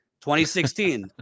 2016